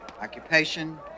Occupation